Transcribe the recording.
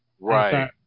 Right